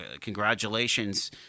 congratulations